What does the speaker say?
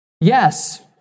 yes